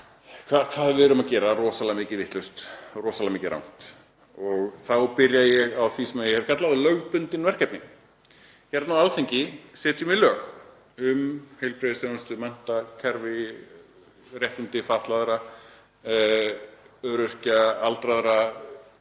hvað við erum að gera rosalega margt vitlaust, rosalega margt rangt. Þá byrja ég á því sem ég hef kallað lögbundin verkefni. Hér á Alþingi setjum við lög um heilbrigðisþjónustu, menntakerfi, réttindi fatlaðra, öryrkja, aldraðra,